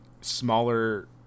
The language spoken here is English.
smaller